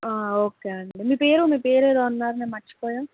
okay అండి మీ పేరు మీ పేరు ఏదో అన్నారు నేను మర్చిపోయాను